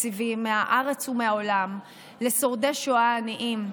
תקציבים מהארץ ומהעולם לשורדי שואה עניים.